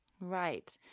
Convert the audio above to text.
Right